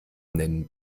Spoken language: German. nennen